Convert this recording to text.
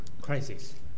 crisis